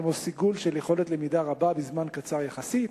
כמו סיגול של יכולת למידה רבה בזמן קצר יחסית,